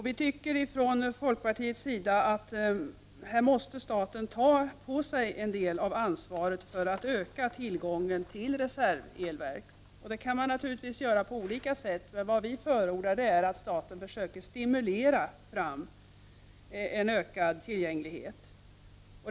Vi tycker från folkpartiets sida att staten måste ta på sig en del av ansvaret för att öka tillgången till reservelverk. Det kan naturligtvis göras på olika sätt, men vi förordar att staten försöker stimulera fram en ökad tillgänglighet.